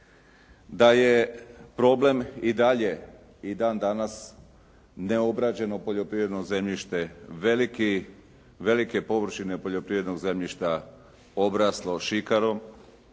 Da je problem i dalje i dan danas neobrađeno poljoprivredno zemljište, veliki, velike površine poljoprivrednog zemljišta obraslo šikarom